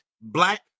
Black